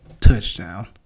touchdown